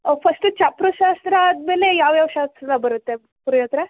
ಒಹ್ first ಚಪ್ರದ ಶಾಸ್ತ್ರ ಆದಮೇಲೆ ಯಾವ್ಯಾವ ಶಾಸ್ತ್ರ ಎಲ್ಲ ಬರುತ್ತೆ ಪುರೋಹಿತರೇ